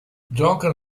gioca